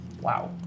Wow